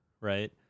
right